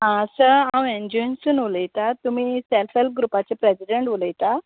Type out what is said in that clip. आं सर हांव एनजीओनसून उलयतां तुमी सेल्फ हेल्प ग्रुपाचे प्रेजिडेंट उलयता